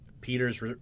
Peter's